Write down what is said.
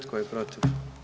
Tko je protiv?